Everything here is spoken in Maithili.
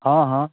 हँ हँ